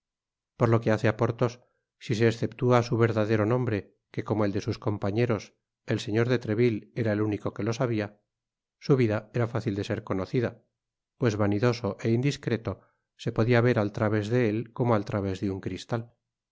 por lo que hace á porthos si se esceptua su verdadero nombre que como el de sus compañeros el señor de treville era el único que lo sabia su vida era fácil de ser conocida pues vanidoso é indiscreto se podia ver al través de él como al través de un cristal